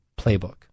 playbook